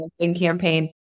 campaign